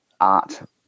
art